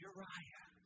Uriah